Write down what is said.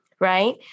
Right